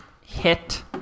hit